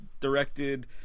directed